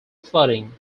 flooding